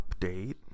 update